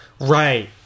Right